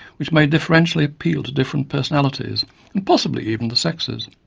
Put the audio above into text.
which may differentially appeal to different personalities and possibly even the sexes.